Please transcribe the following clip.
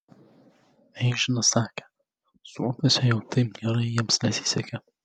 eižinas sakė suomiuose jau taip gerai jiems nesisekė